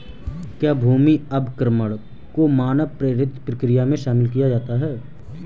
क्या भूमि अवक्रमण को मानव प्रेरित प्रक्रिया में शामिल किया जाता है?